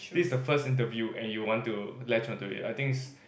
this is the first interview and you want to latch onto it I think it's